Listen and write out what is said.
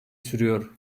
sürüyor